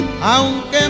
Aunque